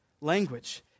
language